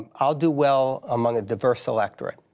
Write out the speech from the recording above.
i'll do well among a diverse electorate.